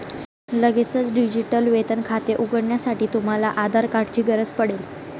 लगेचच डिजिटल वेतन खाते उघडण्यासाठी, तुम्हाला आधार कार्ड ची गरज पडेल